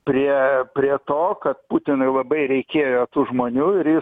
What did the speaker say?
prie prie to kad putinui labai reikėjo tų žmonių ir jis